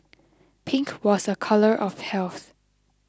pink was a colour of health